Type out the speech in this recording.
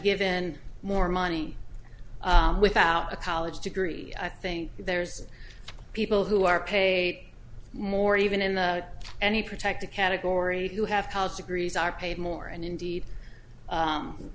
given more money without a college degree i think there's people who are paid more even in any protected category who have college degrees are paid more and indeed